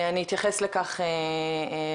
אני אתייחס לכך בסיכום.